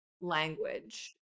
language